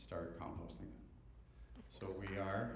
start composting so we are